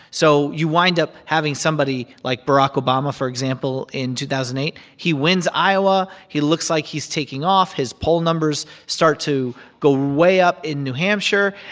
so you wind up having somebody like barack obama, for example, in two thousand and eight. he wins iowa. he looks like he's taking off. his poll numbers start to go way up in new hampshire.